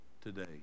today